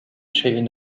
شيء